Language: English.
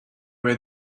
were